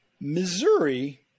Missouri